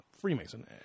Freemason